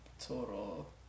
total